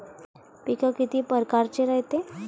पिकं किती परकारचे रायते?